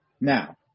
Now